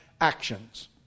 actions